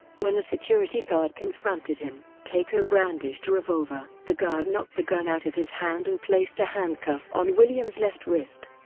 when a security guard confronted him, teko brandished a revolver. the guard knocked the gun out of his hand and placed a handcuff on william's left wrist.